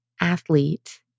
athlete